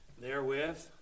therewith